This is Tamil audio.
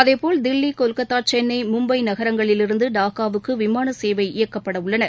அதேபோல் தில்லி கொல்கத்தா சென்னை மும்பை நகரங்களிலிருந்து டாக்காவுக்கு விமான சேவை இயக்கப்பட உள்ளன